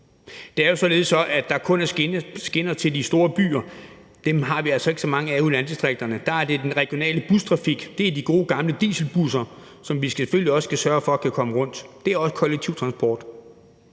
at der kun er skinner til de store byer. Dem har vi altså ikke så mange af ude i landdistrikterne. Der er det den regionale bustrafik. Det er de gode gamle dieselbusser, som vi selvfølgelig også skal sørge for kan komme rundt. Det er også kollektiv transport.